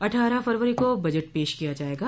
अटठारह फरवरी को बजट पेश किया जायेगा